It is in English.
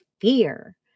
fear